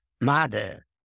mother